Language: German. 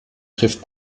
trifft